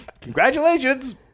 Congratulations